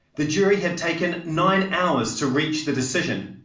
the jury had taken nine hours to reach the decision.